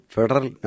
Federal